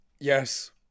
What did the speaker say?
Yes